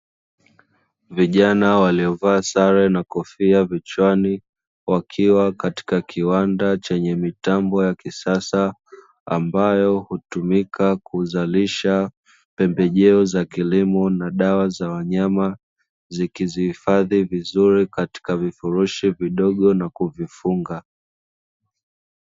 Vijana waliovaa sare na kofia vichwani wakiwa katika kiwanda chenye mitambo ya kisasa ambayo hutumika kuzalisha pembejeo za kilimo na dawa za wanyama zikizihifadhi vizuri katika vifurushi vidogo na kuvifunga